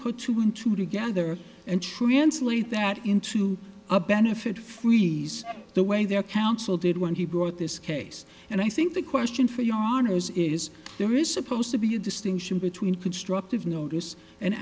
put two and two together and translate that into a benefit for release the way their counsel did when he brought this case and i think the question for you are is is there is supposed to be a distinction between constructive notice an